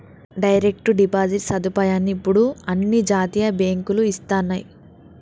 direct deposit సదుపాయాన్ని ఇప్పుడు అన్ని జాతీయ బ్యేంకులూ ఇస్తన్నయ్యి